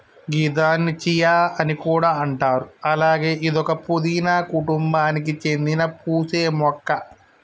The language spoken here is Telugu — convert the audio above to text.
గిదాన్ని చియా అని కూడా అంటారు అలాగే ఇదొక పూదీన కుటుంబానికి సేందిన పూసే మొక్క